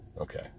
Okay